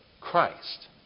Christ